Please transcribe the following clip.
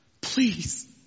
please